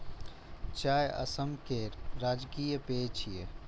चाय असम केर राजकीय पेय छियै